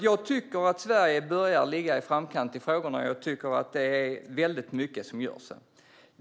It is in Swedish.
Jag tycker alltså att Sverige börjar ligga i framkant i dessa frågor och att väldigt mycket görs.